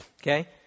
okay